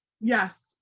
Yes